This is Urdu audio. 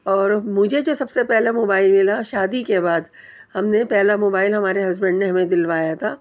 اور مجھے جو سب سے پہلے موبائل ملا شادی کے بعد ہم نے پہلا موبائل ہمارے ہسبینڈ نے ہمیں دلوایا تھا